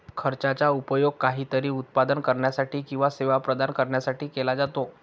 खर्चाचा उपयोग काहीतरी उत्पादन करण्यासाठी किंवा सेवा प्रदान करण्यासाठी केला जातो